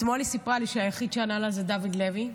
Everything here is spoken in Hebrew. אתמול היא סיפרה לי שהיחיד שענה לה הוא דוד לוי.